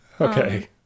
Okay